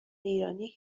ایرانی